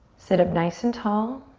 sit up nice and tall.